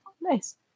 Nice